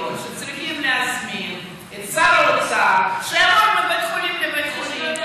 שצריכים להזמין את שר האוצר שיעבור מבית חולים לבית חולים.